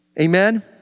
Amen